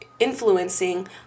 Influencing